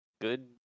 Good